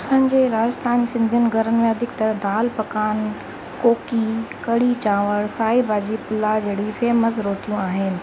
असांजे राजस्थान सिंधियुनि घरनि में अधिकतर दालि पकावान कोकी कढ़ी चांवर साई भाॼी पुला जहिड़ी फेमस रोटियूं आहिनि